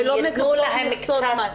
הן לא מקבלות מכסות מים.